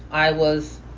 i was,